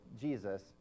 Jesus